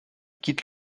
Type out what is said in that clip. quitte